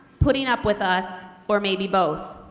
putting up with us or maybe both.